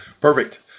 perfect